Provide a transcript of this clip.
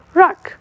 rock